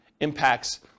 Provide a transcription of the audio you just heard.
impacts